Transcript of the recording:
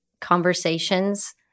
conversations